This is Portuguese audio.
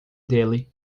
dele